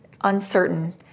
uncertain